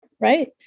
right